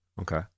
Okay